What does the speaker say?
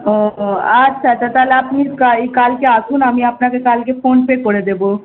ও ও আচ্ছা আচ্ছা তাহলে আপনি কাই কালকে আসুন আমি আপনাকে কালকে ফোন করে দেব